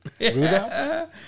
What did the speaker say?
Rudolph